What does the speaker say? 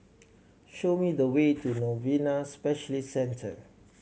show me the way to Novena Specialist Centre